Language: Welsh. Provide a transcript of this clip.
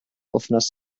wythnos